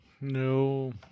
No